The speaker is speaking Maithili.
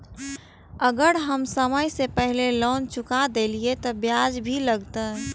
अगर हम समय से पहले लोन चुका देलीय ते ब्याज भी लगते?